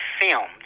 filmed